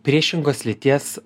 priešingos lyties